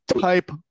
type